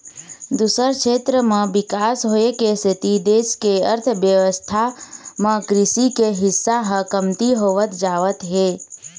दूसर छेत्र म बिकास होए के सेती देश के अर्थबेवस्था म कृषि के हिस्सा ह कमती होवत जावत हे